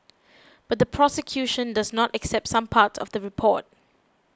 but the prosecution does not accept some parts of the report